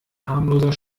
harmloser